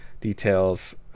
details